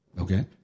Okay